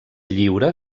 lliure